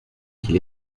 qu’il